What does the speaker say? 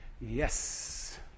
Yes